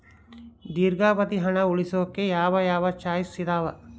ದೇರ್ಘಾವಧಿ ಹಣ ಉಳಿಸೋಕೆ ಯಾವ ಯಾವ ಚಾಯ್ಸ್ ಇದಾವ?